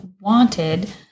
wanted